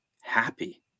happy